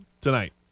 tonight